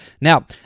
Now